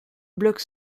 bloc